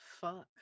Fuck